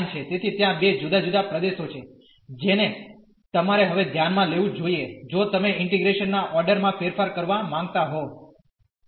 તેથી ત્યાં બે જુદા જુદા પ્રદેશો છે જેને તમારે હવે ધ્યાનમાં લેવું જોઈએ જો તમે ઇન્ટીગ્રેશન ના ઓર્ડર માં ફેરફાર કરવા માંગતા હોતો